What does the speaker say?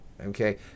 okay